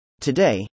Today